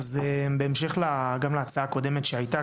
בהמשך גם להצעה הקודמת שהייתה,